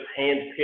handpicked